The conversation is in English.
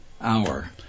hour